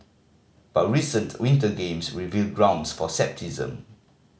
but recent Winter Games reveal grounds for scepticism